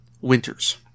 Winters